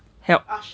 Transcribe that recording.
help